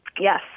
Yes